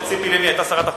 כשציפי לבני היתה שרת החוץ,